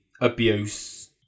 abuse